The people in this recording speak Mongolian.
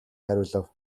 хариулав